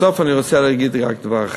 בסוף אני רוצה להגיד רק דבר אחד.